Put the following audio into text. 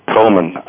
Coleman